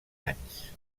anys